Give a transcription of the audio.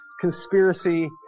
conspiracy